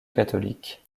catholique